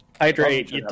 Hydrate